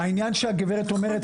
העניין שהגברת אומרת,